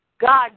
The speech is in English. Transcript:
God